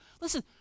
Listen